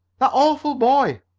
that awful boy!